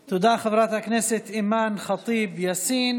תודה, חברת הכנסת אימאן ח'טיב יאסין.